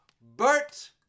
Bert